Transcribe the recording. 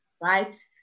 right